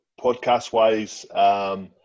podcast-wise